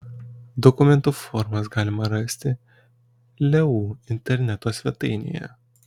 dokumentų formas galima rasti leu interneto svetainėje